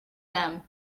them